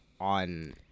on